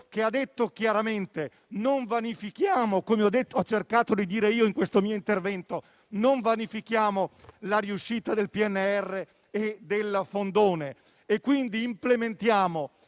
che ha detto chiaramente quanto ho cercato di dire io nel mio intervento: non vanifichiamo la riuscita del PNRR e del fondone, quindi implementiamo